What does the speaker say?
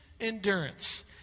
endurance